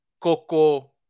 Coco